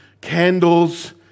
candles